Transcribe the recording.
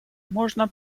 можно